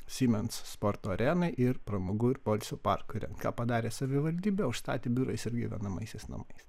siemens sporto arenai ir pramogų ir poilsio parkui įrengt ką padarė savivaldybė užstatė biurais ir gyvenamaisiais namais